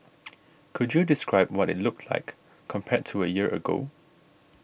could you describe what it looked like compared to a year ago